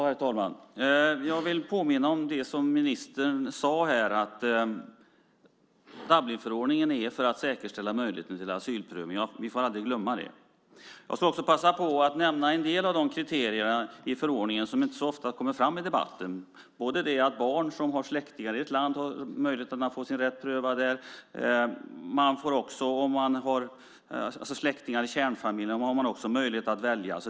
Herr talman! Jag vill påminna om det som ministern sade. Dublinförordningen är till för att säkerställa möjligheten till asylprövning. Vi får aldrig glömma det. Jag ska också nämna en del av de kriterier i förordningen som inte så ofta kommer fram i debatten. Där ingår att barn som har släktingar i ett land har möjlighet att få sin sak prövad. Har man släktingar i kärnfamiljen har man också möjlighet att välja.